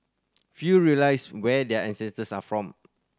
few realise where their ancestors are from